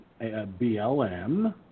BLM